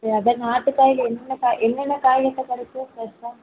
சரி அதான் நாட்டு காய்லாம் என்னென்ன காய் என்னென்ன காய் கடைக்கும் ஃப்ரெஷ்ஷாக